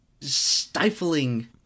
stifling